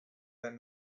that